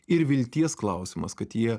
ir vilties klausimas kad jie